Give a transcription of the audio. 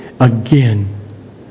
Again